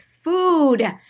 food